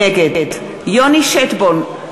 נגד יוני שטבון,